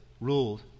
ruled